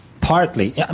partly